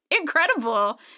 incredible